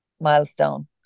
milestone